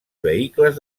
vehicles